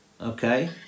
Okay